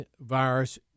virus